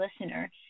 listener